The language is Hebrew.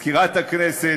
מזכירת הכנסת,